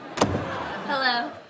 Hello